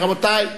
רבותי.